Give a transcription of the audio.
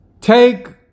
take